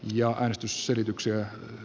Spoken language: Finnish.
arvoisa puhemies